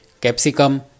Capsicum